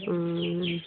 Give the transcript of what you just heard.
ए